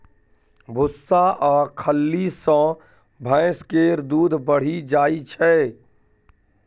भुस्सा आ खल्ली सँ भैंस केर दूध बढ़ि जाइ छै